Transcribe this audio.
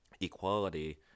equality